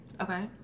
Okay